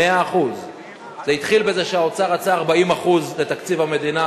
100%. זה התחיל בזה שהאוצר רצה 40% לתקציב המדינה,